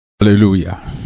hallelujah